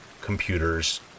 computers